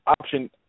option